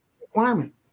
requirement